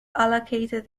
allocated